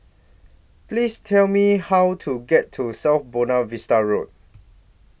Please Tell Me How to get to South Buona Vista Road